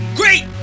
great